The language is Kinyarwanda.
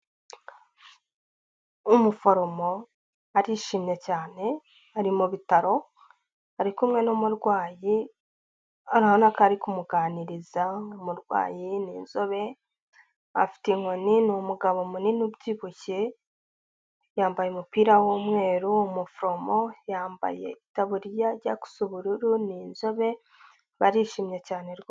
Umuforomo arishimye cyane ari mu bitaro ari kumwe n'umurwayi urabona ko ari kumuganiriza, umurwayi ni inzobe afite inkoni ni umugabo munini ubyibushye yambaye umupira w'umweru, umuforomo yambaye itaburiya ijya gusa ubururu ni inzobe barishimye cyane rwose.